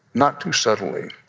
not too subtly,